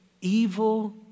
evil